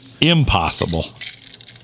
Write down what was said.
Impossible